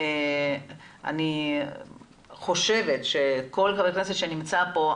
אני חושבת שכל ח"כ שנמצא פה,